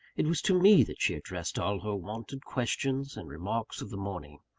it was to me that she addressed all her wonted questions and remarks of the morning.